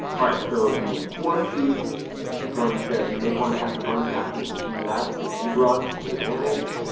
all right, so the war chief is going to make one attack as a bonus action, it can do that against you, grog, with advantage.